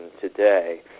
today